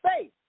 faith